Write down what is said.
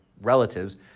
relatives